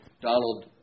Donald